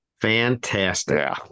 Fantastic